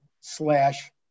slash